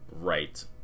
right